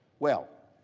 well,